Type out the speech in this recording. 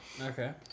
Okay